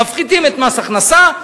מפחיתים את מס הכנסה,